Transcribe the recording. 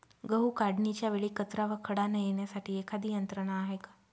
गहू काढणीच्या वेळी कचरा व खडा न येण्यासाठी एखादी यंत्रणा आहे का?